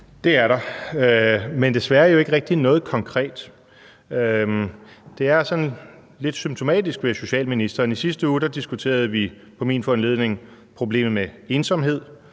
Det er der, men desværre ikke rigtig noget konkret. Det er sådan lidt symptomatisk for social- og ældreministeren. I sidste uge diskuterede vi på min foranledning problemet med ensomhed,